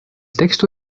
texto